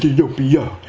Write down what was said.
ethiopia!